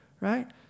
right